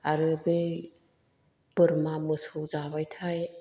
आरो बै बोरमा मोसौ जाब्लाथाय